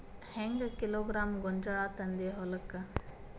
ಹೆಂಗ್ ಕಿಲೋಗ್ರಾಂ ಗೋಂಜಾಳ ತಂದಿ ಹೊಲಕ್ಕ?